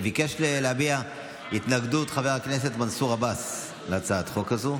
חבר הכנסת מנסור עבאס ביקש להביע התנגדות להצעת החוק הזאת